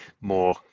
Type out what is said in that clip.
more